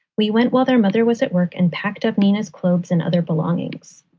we went while their mother was at work and packed up nina's clothes and other belongings.